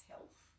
health